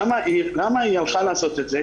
למה היא הלכה לעשות את זה?